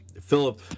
Philip